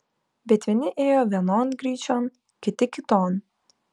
bet vieni ėjo vienon gryčion kiti kiton